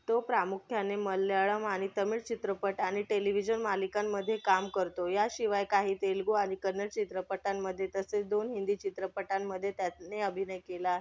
तो प्रामुख्याने मल्याळम् आणि तमिळ चित्रपट आणि टेलिव्हिजन मालिकांमध्ये काम करतो याशिवाय काही तेलगू आणि कन्नड चित्रपटांमध्ये तसेच दोन हिंदी चित्रपटांमध्ये त्याने अभिनय केला आहे